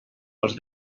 els